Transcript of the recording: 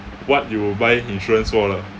what you will buy insurance for lah